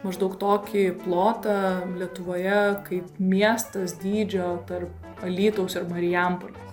maždaug tokį plotą lietuvoje kaip miestas dydžio tarp alytaus ir marijampolės